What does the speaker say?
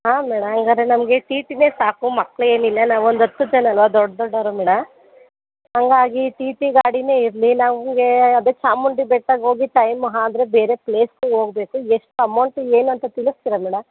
ಹಾಂ ಮೇಡಮ್ ಹಂಗಾದ್ರೆ ನಮಗೆ ಟೀ ಟಿಯೆ ಸಾಕು ಮಕ್ಕಳು ಏನಿಲ್ಲ ನಾವು ಒಂದು ಹತ್ತು ಜನ ಅಲ್ಲವಾ ದೊಡ್ಡ ದೊಡ್ಡೋರು ಮೇಡಮ್ ಹಾಗಾಗಿ ಟಿ ಟಿ ಗಾಡಿಯೇ ಇರಲಿ ನಮಗೆ ಅದು ಚಾಮುಂಡಿ ಬೆಟ್ಟಗೋಗಿ ಟೈಮ್ ಆದ್ರೆ ಬೇರೆ ಪ್ಲೇಸಿಗೂ ಹೋಗ್ಬೇಕು ಎಷ್ಟು ಅಮೌಂಟು ಏನಂತ ತಿಳಿಸ್ತೀರಾ ಮೇಡಮ್